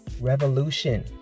revolution